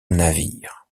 navire